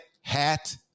hat